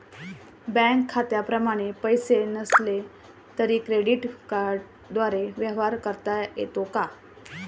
Bank खात्यामध्ये पैसे नसले तरी क्रेडिट कार्डद्वारे व्यवहार करता येतो का?